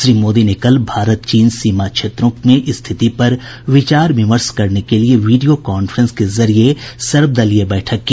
श्री मोदी ने कल भारत चीन सीमा क्षेत्रों में स्थिति पर विचार विमर्श करने के लिये वीडियो कान्फ्रेंस के जरिये सर्वदलीय बैठक की